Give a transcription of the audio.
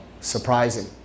surprising